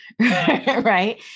right